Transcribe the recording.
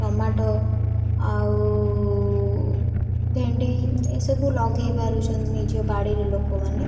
tomato ଆଉ ଭେଣ୍ଡି ଏସବୁ ଲଗେଇ ପାରୁଛନ୍ତି ନିଜ ବାଡ଼ିରେ ଲୋକମାନେ